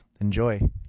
Enjoy